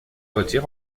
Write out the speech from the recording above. retire